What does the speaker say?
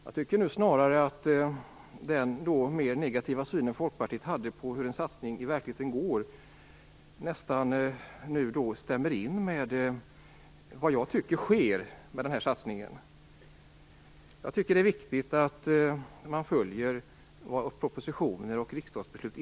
Jag tycker nu snarare att den mer negativa syn som Folkpartiet hade på hur en satsning i verkligheten går nästan stämmer med vad jag anser sker med denna satsning. Det är viktigt att man följer propositioner och riksdagsbeslut.